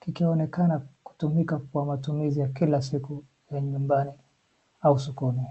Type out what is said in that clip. Kikioneka kutumika katika matumizi ya kila siku ya nyumbani au sokoni.